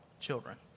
children